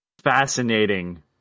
fascinating